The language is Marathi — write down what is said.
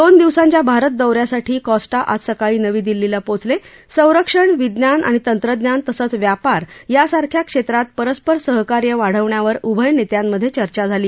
दोन दिवसांच्या भारत दौ यासाठी कॉस्टा आज सकाळी नवी दिल्लीला पोचल संरक्षण विज्ञान आणि तंत्रज्ञान तसंच व्यापार यासारख्या क्षब्रात परस्पर सहकार्य वाढवण्यावर उभय नस्यांमध्य चर्चा झाली